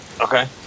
Okay